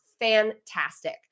fantastic